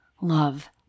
love